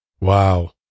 Wow